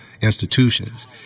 institutions